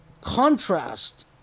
contrast